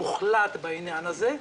מוחלט בעניין הזה.